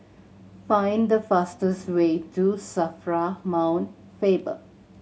find the fastest way to SAFRA Mount Faber